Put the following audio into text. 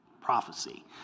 prophecy